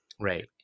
Right